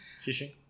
Fishing